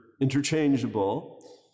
interchangeable